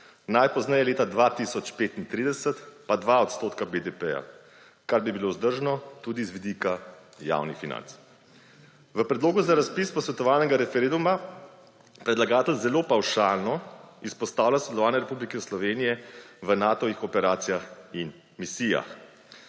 najpozneje leta 2035 pa 2 odstotka BDP, kar bi bilo vzdržno tudi z vidika javnih financ. V predlogu za razpis posvetovalnega referenduma predlagatelj zelo pavšalno izpostavlja sodelovanje Republike Slovenije v Natovih operacijah in misijah.